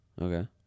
Okay